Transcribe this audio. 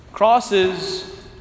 Crosses